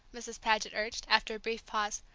mrs. paget urged, after a brief pause,